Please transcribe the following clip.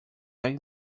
like